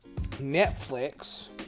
Netflix